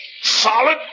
solid